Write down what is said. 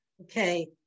Okay